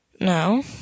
Now